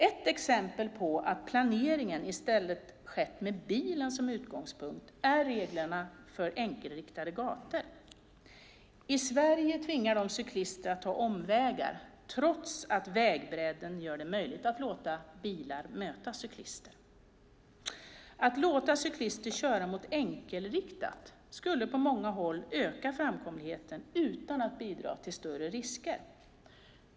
Ett exempel på att planeringen i stället skett med bilen som utgångspunkt är reglerna för enkelriktade gator. I Sverige tvingas cyklister att ta omvägar, trots att vägbredden gör det möjligt att låta bilar möta cyklister. Att låta cyklister köra mot enkelriktat skulle på många håll öka framkomligheten utan att bidra till större risker.